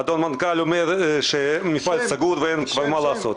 האדון המנכ"ל אומר שהמפעל סגור ואין כבר מה לעשות.